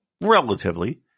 relatively